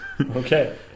Okay